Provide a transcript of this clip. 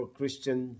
Christian